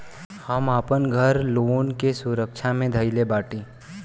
हम आपन घर लोन के सुरक्षा मे धईले बाटी